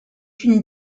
une